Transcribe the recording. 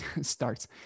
starts